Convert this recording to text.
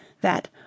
that